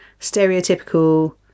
stereotypical